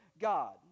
god